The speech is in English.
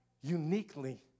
uniquely